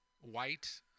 white